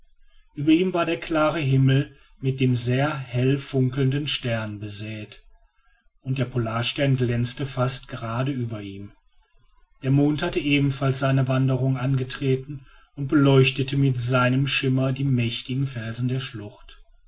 über ihm war der klare himmel mit den sehr hell funkelnden sternen besäet und der polarstern glänzte fast gerade über ihm der mond hatte ebenfalls seine wanderung angetreten und beleuchtete mit seinem schimmer die mächtigen felsen der schlucht